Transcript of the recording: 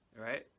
right